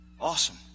Awesome